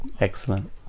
Excellent